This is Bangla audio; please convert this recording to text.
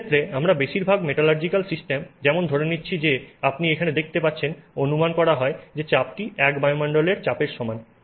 এই ক্ষেত্রে আমরা বেশিরভাগ মেটালার্জিক্যাল সিস্টেমে যেমন ধরে নিচ্ছি যে আপনি এখানে দেখতে পাচ্ছেন অনুমান করা হয় যে চাপটি এক বায়ুমন্ডলের চাপের সমান